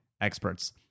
experts